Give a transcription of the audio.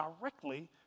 directly